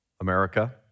America